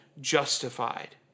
justified